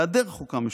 בהעדר חוקה משותפת,